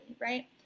right